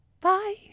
Bye